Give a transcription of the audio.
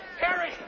Harry